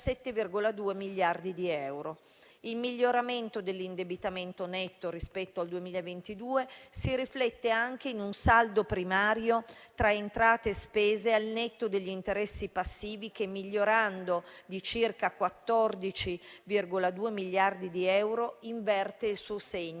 Il miglioramento dell'indebitamento netto rispetto al 2022 si riflette anche in un saldo primario tra entrate e spese, al netto degli interessi passivi, che, migliorando di circa 14,2 miliardi di euro, inverte il suo segno,